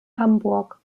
hamburg